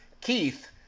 Keith